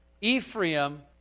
Ephraim